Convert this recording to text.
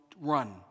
run